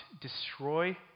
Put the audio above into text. destroy